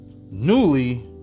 Newly